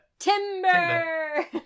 timber